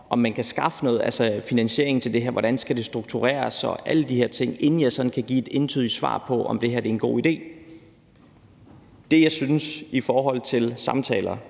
om man kan skaffe noget finansiering til det her, og hvordan det skal struktureres, og alle de her ting, inden jeg sådan kan give et entydigt svar på, om det her en god idé. Det, jeg synes i forhold til samtaler,